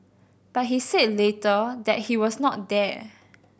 but he said later that he was not there